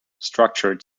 structured